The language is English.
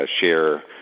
share